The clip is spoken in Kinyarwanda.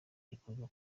gikorwa